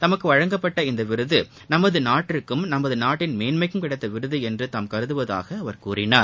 தமக்கு வழங்கப்பட்ட விருது நமது நாட்டிற்கும் நமது நாட்டின் மேன்மைக்கும் கிடைத்த விருது என்று தாம் கருதுவதாக அவர் கூறினார்